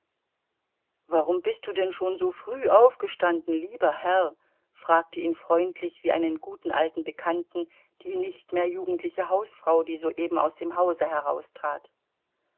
warum bist du denn schon so früh aufgestanden lieber herr fragte ihn freundlich wie einen guten alten bekannten die nicht mehr jugendliche hausfrau die soeben aus dem hause heraustrat